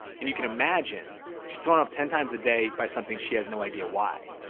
and you can imagine she's throwing up ten times a day by something she has no idea why.